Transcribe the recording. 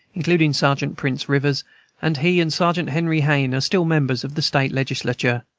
including sergeant prince rivers and he and sergeant henry hayne are still members of the state legislature.